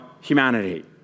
humanity